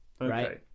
Okay